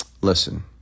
listen